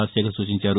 రాజశేఖర్ సూచించారు